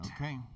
Okay